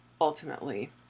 ultimately